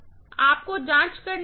कि आपको जाँच करनी है